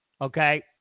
okay